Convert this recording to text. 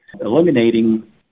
eliminating